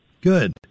Good